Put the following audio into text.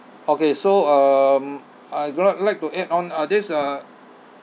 okay so um I do not like to add on uh this uh